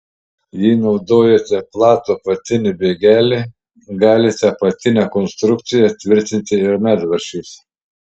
jei naudojate platų apatinį bėgelį galite apatinę konstrukciją tvirtinti ir medvaržčiais